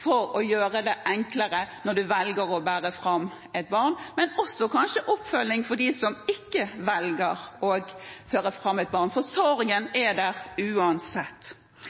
for å gjøre det enklere når man velger å bære fram et barn – og for oppfølging av dem som velger ikke å bære fram et barn, for sorgen er der uansett.